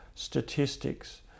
Statistics